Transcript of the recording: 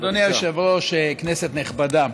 אדוני היושב-ראש, כנסת נכבדה,